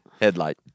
headlight